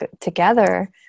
together